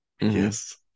Yes